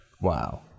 Wow